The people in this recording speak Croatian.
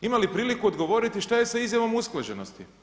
Ima li priliku odgovoriti što je sa izjavom usklađenosti.